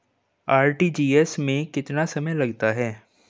RTGS में कितना समय लगता है?